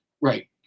right